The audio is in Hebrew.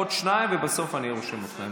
עוד שניים, ובסוף אני רושם אותך.